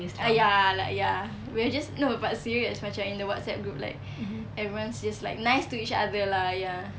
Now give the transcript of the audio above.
ah ya like ya we are just no but serious macam in the whatsapp group like everyone's just like nice to each other lah ya